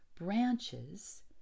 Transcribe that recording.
branches